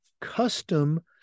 custom